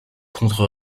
contre